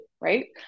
right